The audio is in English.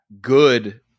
good